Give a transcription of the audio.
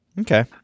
Okay